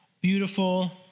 beautiful